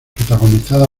protagonizada